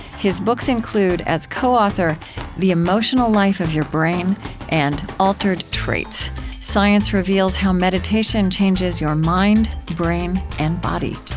his books include as co-author the emotional life of your brain and altered traits science reveals how meditation changes your mind, brain, and body.